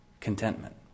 Contentment